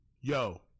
Yo